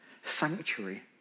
sanctuary